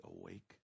awake